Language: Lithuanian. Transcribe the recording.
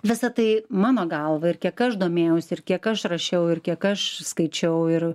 visa tai mano galva ir kiek aš domėjausi ir kiek aš rašiau ir kiek aš skaičiau ir